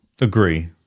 Agree